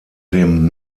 dem